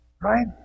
Right